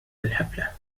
الحفلة